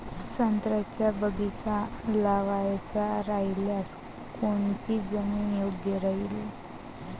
संत्र्याचा बगीचा लावायचा रायल्यास कोनची जमीन योग्य राहीन?